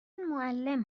معلم